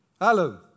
Hello